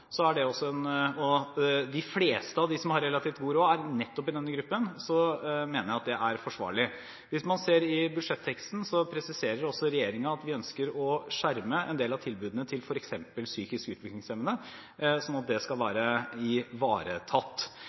og de fleste av de som har relativt god råd, er nettopp i denne gruppen – mener jeg at det er forsvarlig. Hvis man ser i budsjetteksten, presiserer regjeringen at den ønsker å skjerme en del av tilbudene til f.eks. psykisk utviklingshemmede, slik at de skal være ivaretatt.